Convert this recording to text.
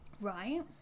Right